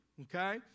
Okay